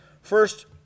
First